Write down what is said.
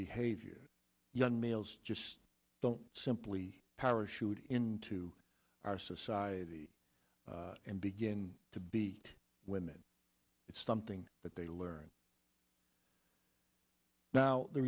behavior young males just don't simply parachute into our society and begin to be women it's something that they learn now the